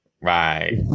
Right